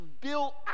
built